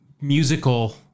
musical